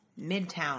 Midtown